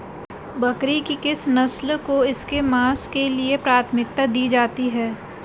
बकरी की किस नस्ल को इसके मांस के लिए प्राथमिकता दी जाती है?